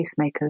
pacemakers